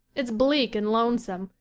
it's bleak and lonesome,